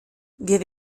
wir